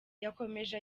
yakomeje